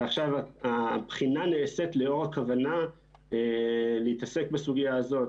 ועכשיו הבחינה נעשית לאור הכוונה להתעסק בסוגיה הזאת.